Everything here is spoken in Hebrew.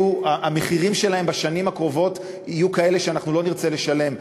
המחירים שלהם בשנים הקרובות יהיו כאלה שאנחנו לא נרצה לשלם,